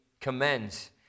commends